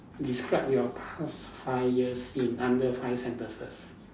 describe your past five years in under five sentences